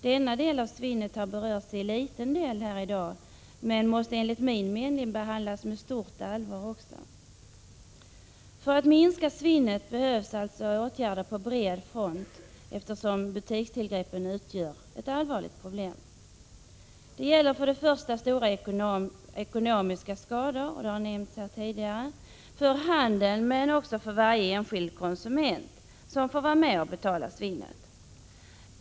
Denna del av svinnet har berörts mycket litet häri dag, men också det måste enligt min mening behandlas med stort allvar. För att man skall kunna minska svinnet behövs åtgärder på bred front, eftersom butikstillgreppen utgör ett allvarligt problem. Det gäller för det första, som nämnts här tidigare, stora ekonomiska skador för handeln men också för varje enskild konsument, som ju får vara med om att betala svinnet.